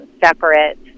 separate